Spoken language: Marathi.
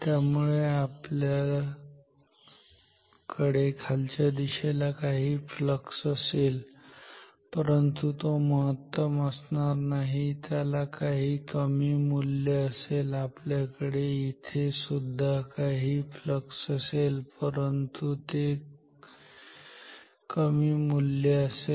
त्यामुळे आपल्याकडे खालच्या दिशेला काही फ्लक्स असेल परंतु तो महत्तम असणार नाही त्याला काही कमी मूल्य असेल आपल्याकडे इथे सुद्धा काही फ्लक्स असेल परंतु ते मूल्य कमी असेल